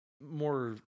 more